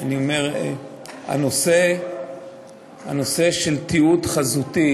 אני אומר, הנושא של תיעוד חזותי